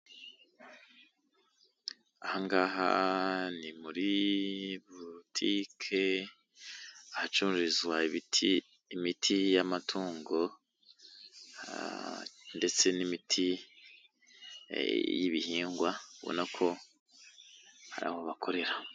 Ahangaha ni muri burutike, ahacururizwa imiti y'amatungo, ndetse n'imiti y'ibihingwa, ubona ko ari aho bakorera.